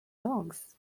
dogs